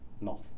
north